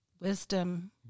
wisdom